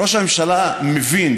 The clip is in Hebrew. ראש הממשלה מבין,